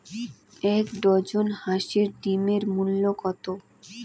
এক ডজন হাঁসের ডিমের মূল্য কত?